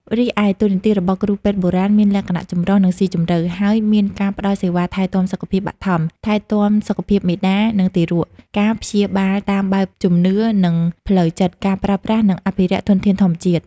រីឯ តួនាទីរបស់គ្រូពេទ្យបុរាណ មានលក្ខណៈចម្រុះ និងស៊ីជម្រៅ ហើយមានការ ផ្ដល់សេវាថែទាំសុខភាពបឋម ថែទាំសុខភាពមាតា និងទារក ការព្យាបាលតាមបែបជំនឿ និងផ្លូវចិត្ត ការប្រើប្រាស់ និងអភិរក្សធនធានធម្មជាតិ។